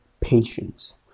patience